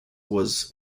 was